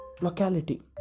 locality